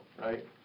right